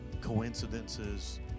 coincidences